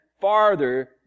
farther